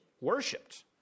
worshipped